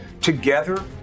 together